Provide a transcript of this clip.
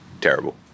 terrible